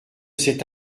cet